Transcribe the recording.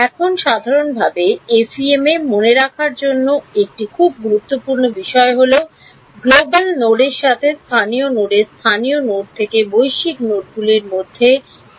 এখন সাধারণভাবে এফইএম এ মনে রাখার জন্য একটি খুব গুরুত্বপূর্ণ বিষয় হল গ্লোবাল নোডের সাথে স্থানীয় নোডের স্থানীয় নোড থেকে বৈশ্বিক নোডগুলির মধ্যে ঠিকঠাক